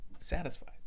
satisfied